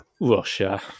Russia